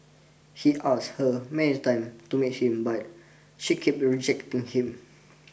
he asked her many time to meet him but she keep rejecting him